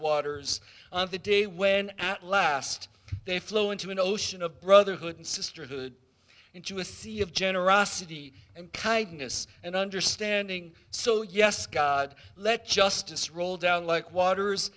waters of the day when at last they flow into an ocean of brotherhood and sisterhood into a sea of generosity and kindness and understanding so yes god let justice roll down like waters